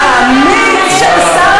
"האמיץ של שר